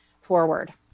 forward